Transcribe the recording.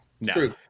No